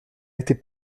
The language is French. était